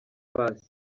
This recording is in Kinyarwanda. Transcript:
paccy